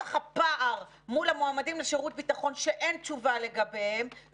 לנוכח הפער מול המועמדים לשירות הביטחון שאין תשובה לגביהם.